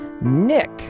Nick